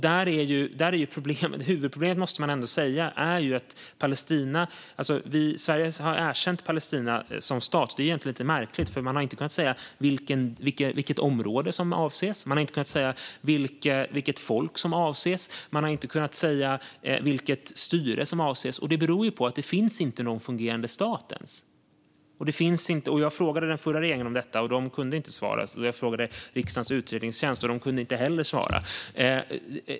Sverige har erkänt Palestina som stat, vilket egentligen är lite märkligt, för man har inte kunnat säga vilket område, vilket folk eller vilket styre som avses. Huvudproblemet är ju att det i Palestina inte ens finns någon fungerande stat. Jag frågade den föra regeringen om detta, och de kunde inte svara. Jag frågade också riksdagens utredningstjänst som inte heller kunde svara.